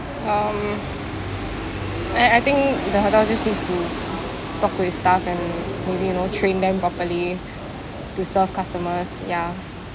um I I think the hotel just needs to talk to its staff and maybe you know train them properly to serve customers ya